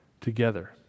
Together